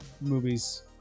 movies